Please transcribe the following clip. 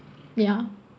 ya